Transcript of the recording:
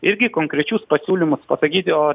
irgi konkrečius pasiūlymus pasakyti o